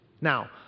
Now